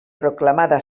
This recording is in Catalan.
proclamada